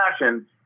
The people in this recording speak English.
fashion